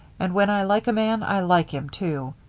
and when i like a man, i like him, too.